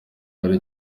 hari